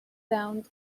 down